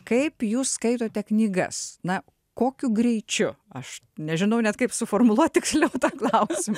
kaip jūs skaitote knygas na kokiu greičiu aš nežinau net kaip suformuluoti tiksliau tą klausimą